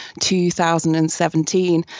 2017